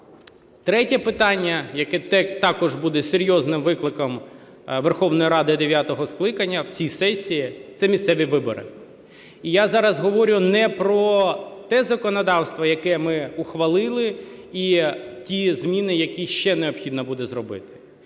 Третє питання, яке також буде серйозним викликом Верховної Ради дев'ятого скликання в цій сесії, це місцеві вибори. Я зараз говорю не про те законодавство, яке ми ухвалили, і ті зміни, які ще необхідно буде зробити,